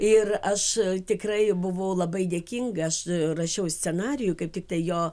ir aš tikrai buvau labai dėkinga aš rašiau scenarijų kaip tiktai jo